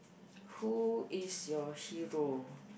who is your hero